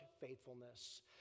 faithfulness